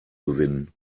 gewinnen